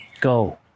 Go